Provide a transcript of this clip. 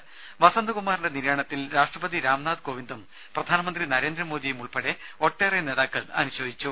ദേദ വസന്തകുമാറിന്റെ നിര്യാണത്തിൽ രാഷ്ട്രപതി രാംനാഥ് കോവിന്ദും പ്രധാനമന്ത്രി നരേന്ദ്രമോദിയും ഉൾപ്പെടെ ഒട്ടേറെ നേതാക്കൾ അനുശോചിച്ചു